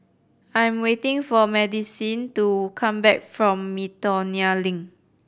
I am waiting for Madisyn to come back from Miltonia Link